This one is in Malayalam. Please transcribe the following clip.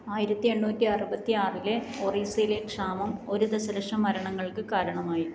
ആയിരത്തി എണ്ണൂറ്റി അറുപത്തി ആറിലെ ഒറീസയിലെ ക്ഷാമം ഒരു ദശ ലക്ഷം മരണങ്ങൾക്ക് കാരണമായി